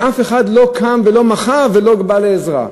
ואף אחד לא קם ולא מחה ולא בא לעזרה.